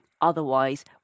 Otherwise